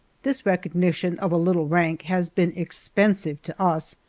this recognition of a little rank has been expensive to us,